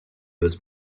was